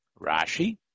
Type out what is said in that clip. Rashi